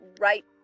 right